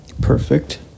perfect